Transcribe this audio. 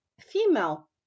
female